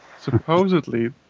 Supposedly